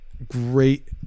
great